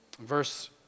Verse